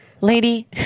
Lady